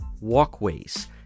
walkways